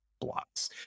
blocks